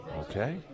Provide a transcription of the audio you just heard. Okay